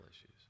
issues